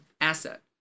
asset